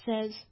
says